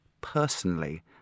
personally